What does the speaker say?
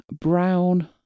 brown